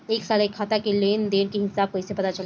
एक साल के खाता के लेन देन के हिसाब कइसे पता चली?